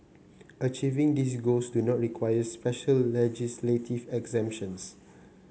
achieving these goals do not require special legislative exemptions